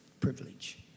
privilege